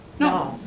no.